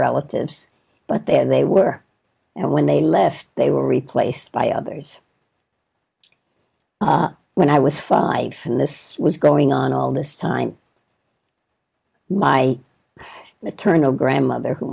relatives but there they were and when they left they were replaced by others when i was five and this was going on all this time my maternal grandmother who